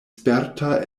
sperta